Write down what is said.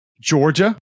Georgia